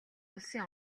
улсын